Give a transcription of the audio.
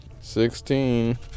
sixteen